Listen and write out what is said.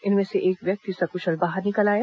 इनमें से एक व्यक्ति सकृशल बाहर निकल आया